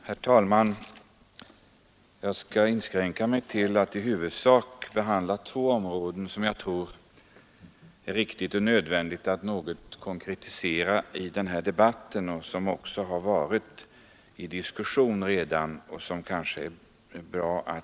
Herr talman! Jag skall inskränka mig till att i huvudsak behandla två områden, som jag tror det är nödvändigt att något konkretisera i den här debatten och som redan har varit föremål för diskussion.